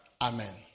Amen